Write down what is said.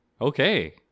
okay